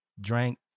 drank